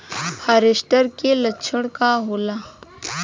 फारेस्ट के लक्षण का होला?